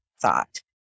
thought